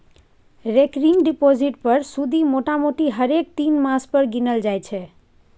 recurring deposit पर सुदि मोटामोटी हरेक तीन मास पर गिनल जाइ छै